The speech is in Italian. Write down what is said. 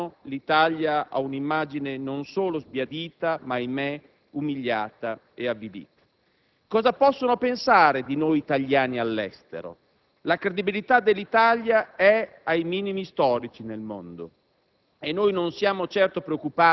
da quando c'è il suo Governo, l'Italia offre un'immagine non solo sbiadita ma, ahimè, umiliata e avvilita. Cosa possono pensare all'estero di noi italiani? La credibilità dell'Italia è ai minimi storici nel mondo